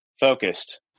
focused